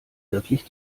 wirklich